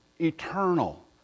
eternal